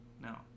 no